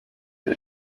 and